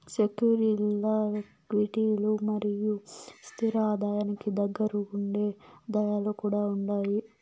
సెక్యూరీల్ల క్విటీలు మరియు స్తిర ఆదాయానికి దగ్గరగుండే ఆదాయాలు కూడా ఉండాయి